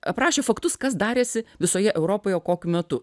aprašė faktus kas darėsi visoje europoje kokiu metu